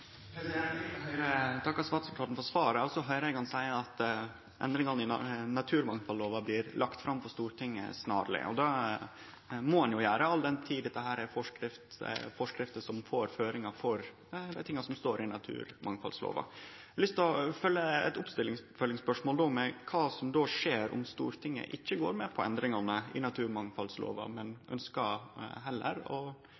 Eg takkar statsråden for svaret. Eg høyrer at han seier at endringane i naturmangfaldlova vil bli lagde fram for Stortinget snarleg. Det må ein jo gjere, all den tid dette er forskrifter som gjev føringar for det som står i naturmangfaldlova. Eg vil stille eit oppfølgingsspørsmål: Kva skjer om Stortinget ikkje går med på endringane i naturmangfaldlova og